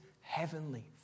heavenly